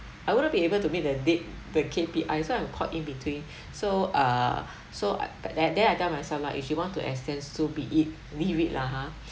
I would not be able to meet the dee~ the K_P_I so I'm caught in between so err so but then I tell myself lah if she want to assess so be it lah ha